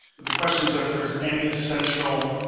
but the question is if there's any essential.